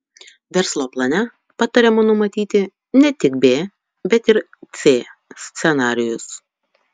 verslo plane patariama numatyti ne tik b bet ir c scenarijus